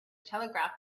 telegraph